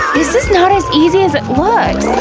this is not as easy as it looks!